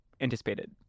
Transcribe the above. anticipated